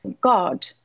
God